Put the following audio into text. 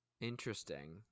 Interesting